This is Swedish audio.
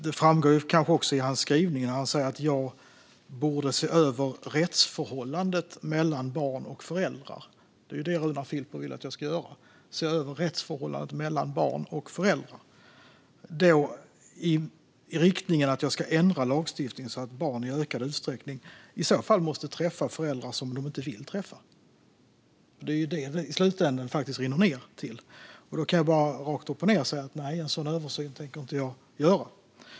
Det framgår också i hans skrivningar att han anser att jag borde se över rättsförhållandet mellan barn och föräldrar i riktning att jag ska ändra lagstiftningen så att barn i ökad utsträckning i så fall måste träffa föräldrar de inte vill träffa. Det är vad detta i slutändan rinner ned till. Då kan jag rakt upp och ned säga att en sådan översyn tänker jag inte göra.